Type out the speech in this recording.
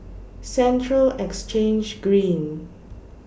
Central Exchange Green